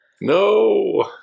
No